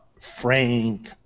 Frank